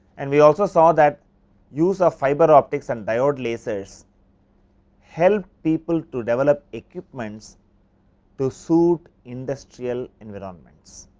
and we also saw that use of fiber optics, and diode lasers help people to develop equipments to suite industrial environments.